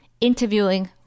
interviewing